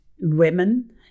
women